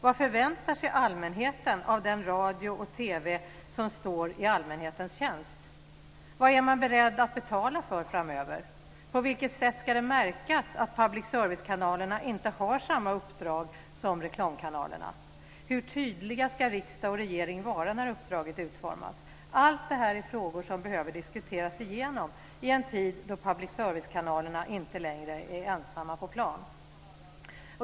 Vad förväntar sig allmänheten av den radio och TV som står i allmänhetens tjänst? Vad är man beredd att betala för framöver? På vilket sätt ska det märkas att public service-kanalerna inte har samma uppdrag som reklamkanalerna? Hur tydliga ska riksdag och regering vara när uppdraget utformas? Allt detta är frågor som behöver diskuteras igenom i en tid då public service-kanalerna inte längre är ensamma på plan.